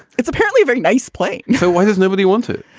it's apparently a very nice play. so why there's nobody wanted.